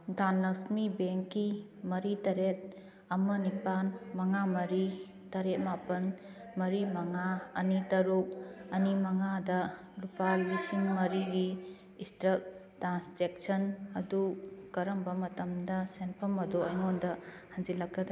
ꯗꯥꯟꯂꯛꯁꯃꯤ ꯕꯦꯡꯀꯤ ꯃꯔꯤ ꯇꯔꯦꯠ ꯑꯃ ꯅꯤꯄꯥꯜ ꯃꯉꯥ ꯃꯔꯤ ꯇꯔꯦꯠ ꯃꯥꯄꯜ ꯃꯔꯤ ꯃꯉꯥ ꯑꯅꯤ ꯇꯔꯨꯛ ꯑꯅꯤ ꯃꯉꯥꯗ ꯂꯨꯄꯥ ꯂꯤꯁꯤꯡ ꯃꯔꯤꯒꯤ ꯏꯁꯇ꯭ꯔꯛ ꯇꯥꯟꯖꯦꯛꯁꯟ ꯑꯗꯨ ꯀꯔꯝꯕ ꯃꯇꯝꯗ ꯁꯦꯟꯐꯝ ꯑꯗꯨ ꯑꯩꯉꯣꯟꯗ ꯍꯟꯖꯜꯂꯛꯀꯗꯒꯦ